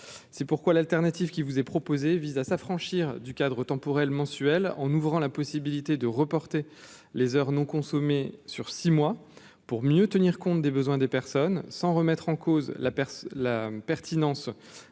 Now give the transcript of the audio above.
c'est pourquoi l'alternative qui vous est proposé vise à s'affranchir du cadre autant pour elle mensuel en ouvrant la possibilité de reporter les heures non consommés sur six mois pour mieux tenir compte des besoins des personnes sans remettre en cause la personne